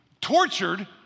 tortured